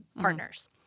partners